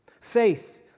Faith